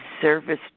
service